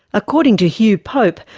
according to hugh pope,